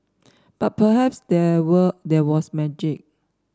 but perhaps there were there was magic